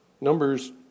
Numbers